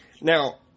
Now